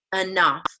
enough